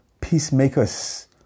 peacemakers